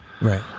Right